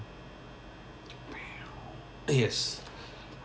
yes